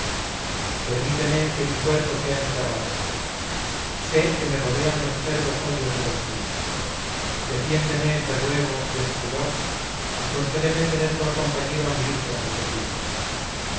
permíteme que mi cuerpo sea enterrado sé que me rodean los acerbos odios de los míos defiéndeme te ruego de su furor y concédeme tener por compañero a mi hijo en el sepulcro